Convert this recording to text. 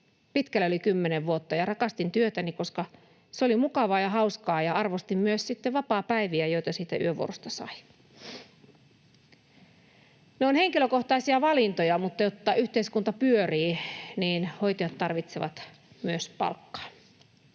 pitkälle yli kymmenen vuotta ja rakastin työtäni, koska se oli mukavaa ja hauskaa, ja arvostin sitten myös vapaapäiviä, joita siitä yövuorosta sai. Ne olivat henkilökohtaisia valintoja, mutta jotta yhteiskunta pyörii, niin hoitajat tarvitsevat myös palkkaa.